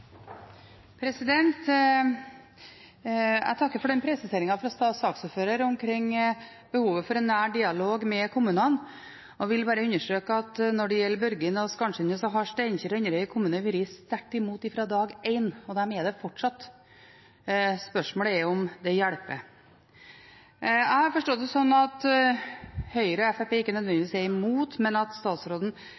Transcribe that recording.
Jeg takker for presiseringen fra saksordføreren omkring behovet for en nær dialog med kommunene, og jeg vil bare understreke at når det gjelder Børgin og Skarnsundet, har Steinkjer og Inderøy kommuner vært sterkt imot fra dag 1, og det er de fortsatt. Spørsmålet er om det hjelper. Jeg har forstått det sånn at Høyre og Fremskrittspartiet ikke